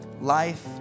Life